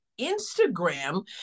Instagram